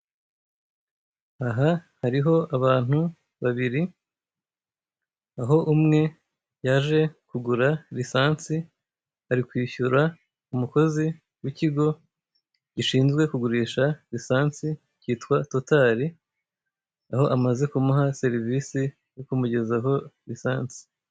Aha hariho abantu babiri, aho umwe yaje kugura risansi, ari kwishyura umukozi w'ikigo gishinzwe kugurisha risansi cyitwa Totari, aho amaze kumuha serivisi yo kumugezaho risansi.